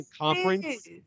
conference